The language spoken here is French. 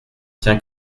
tient